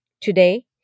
Today